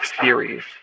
series